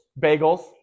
Bagels